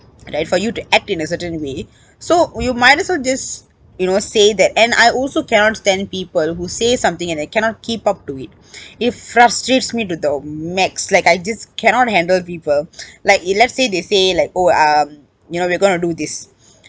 and and for you to act in a certain way so you might as well just you know say that and I also cannot stand people who say something and they cannot keep up to it it frustrates me to the max like I just cannot handle people like it let's say they say like oh um you know we're gonna do this